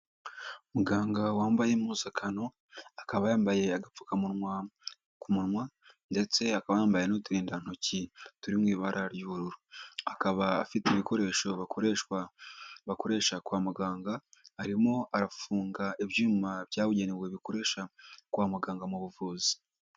Muganga wambaye impuzankano akaba yambaye agapfukamunwa ku munwa ndetse akaba yambaye n'uturindantoki turi mu ibara ry'ubururu, akaba afite ibikoresho bakoreshwa bakoresha kwa muganga arimo arafunga ibyuma byabugenewe bikoresha kwa muganga mu buvuzi.